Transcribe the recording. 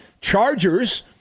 Chargers